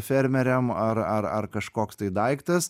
fermeriam ar ar ar kažkoks tai daiktas